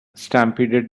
stampeded